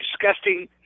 disgusting